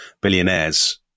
billionaires